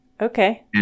Okay